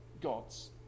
gods